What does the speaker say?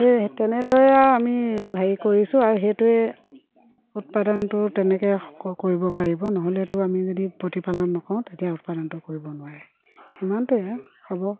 সেয়ে তেনেদৰে আৰু আমি হেৰি কৰিছোঁ আৰু সেইটোৱে উৎপাদনটো তেনেকৈ কৰিব পাৰিব নহ'লেতো আমি যদি প্ৰতিপালন নকৰোঁ তেতিয়া উৎপাদনটো কৰিব নোৱাৰে সিমানটোৱে আৰু হ'ব